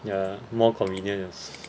ya more convenience